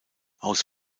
aus